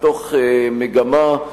מתוך מגמה,